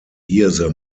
hirse